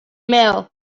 meal